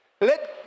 Let